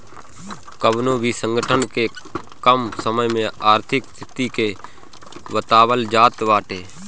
कवनो भी संगठन के कम समय में आर्थिक स्थिति के बतावल जात बाटे